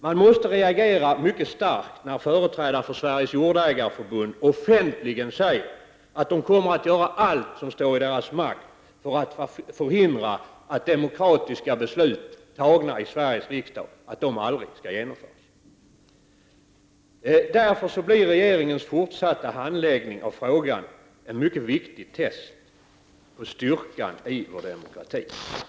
Man måste reagera mycket starkt när företrädare för Sveriges Jordägareförbund offentligt säger att man kommer att göra allt som står i ens makt för att förhindra att demokratiska beslut, fattade av Sveriges riksdag, genomförs. Därför blir regeringens fortsatta handläggning av frågan ett mycket viktigt test av styrkan i vår demokrati.